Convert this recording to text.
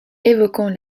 évoquant